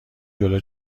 جلو